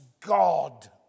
God